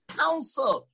counsel